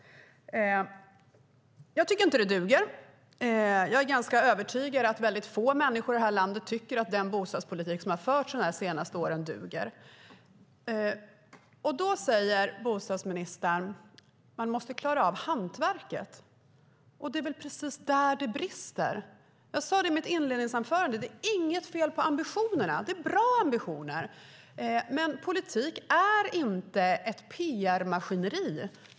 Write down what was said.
Jag tycker inte att det duger. Jag är ganska övertygad om att väldigt få människor i det här landet tycker att den bostadspolitik som har förts under de senaste åren duger. Då säger bostadsministern att man måste klara av hantverket, men det är väl precis där det brister. Jag sade i mitt inledande inlägg att det inte är något fel på ambitionerna - det är bra ambitioner - men politik är inte ett pr-maskineri.